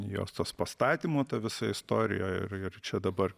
jos tas pastatymo ta visa istorija ir ir čia dabar